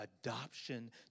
adoption